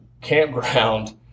campground